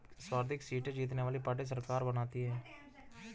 सर्वाधिक सीटें जीतने वाली पार्टी सरकार बनाती है